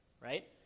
Right